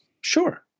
Sure